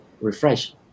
refresh